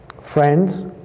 friends